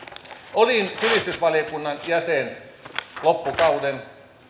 olin sivistysvaliokunnan jäsen loppukauden